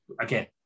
again